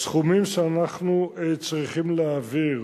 הסכומים שאנחנו צריכים להעביר